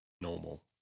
normal